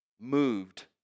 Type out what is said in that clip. moved